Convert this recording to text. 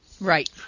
Right